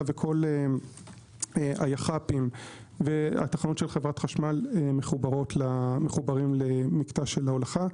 וכל היח"פים והתחנות של חברת חשמל מחוברים למקטע של ההולכה.